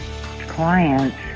clients